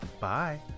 Bye